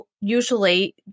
usually